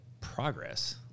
progress